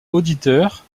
auditeurs